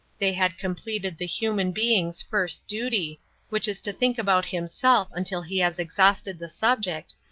they had completed the human being's first duty which is to think about himself until he has exhausted the subject,